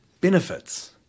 Benefits